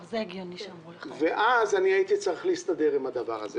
אז הייתי צריך להסתדר עם זה.